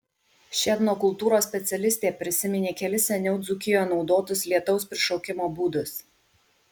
ši etnokultūros specialistė prisiminė kelis seniau dzūkijoje naudotus lietaus prišaukimo būdus